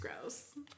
gross